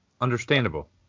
understandable